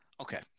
Okay